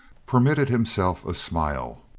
permitted himself a smile.